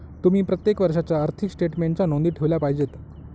तुम्ही प्रत्येक वर्षाच्या आर्थिक स्टेटमेन्टच्या नोंदी ठेवल्या पाहिजेत